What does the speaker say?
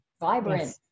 vibrant